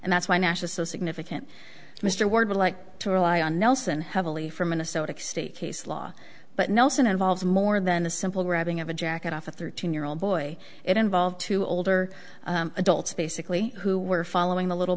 and that's why nash is so significant mr ward would like to rely on nelson heavily from minnesota state case law but nelson involves more than the simple grabbing of a jacket off a thirteen year old boy it involved two older adults basically who were following the little